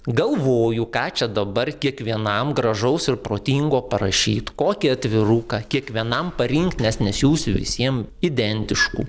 galvoju ką čia dabar kiekvienam gražaus ir protingo parašyt kokį atviruką kiekvienam parinkt nes nesiųsi visiem identiškų